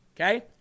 Okay